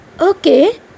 okay